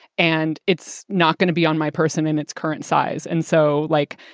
and it's not going to be on my person in its current size. and so, like,